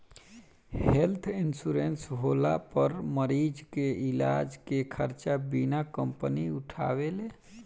health insurance होला पर मरीज के इलाज के खर्चा बीमा कंपनी उठावेले